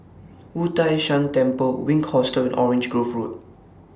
Wu Tai Shan Temple Wink Hostel Orange Grove Road